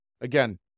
Again